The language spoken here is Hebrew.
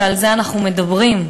על זה אנחנו מדברים,